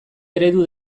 eredu